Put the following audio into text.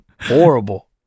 horrible